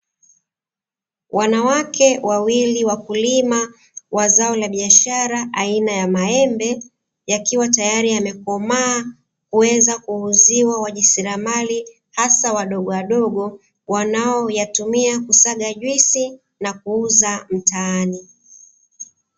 Wanawake wawili wakulima wa zao la biashara aina ya maembe, yakiwa tayari yamekomaa kuweza kuuziwa wajasiriamali hasa wadogowadogo, wanaoyatumia kusaga juisi na kuuza mtaani.